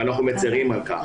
ואנחנו מצרים על כך.